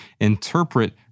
interpret